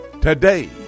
today